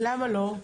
למה לא?